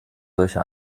solche